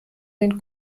den